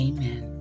Amen